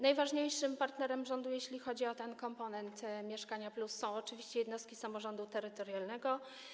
Najważniejszym partnerem rządu, jeśli chodzi o ten komponent „Mieszkanie+”, są oczywiście jednostki samorządu terytorialnego.